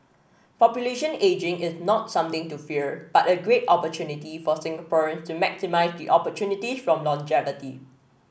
population ageing is not something to fear but a great opportunity for Singaporeans to maximise the opportunities from longevity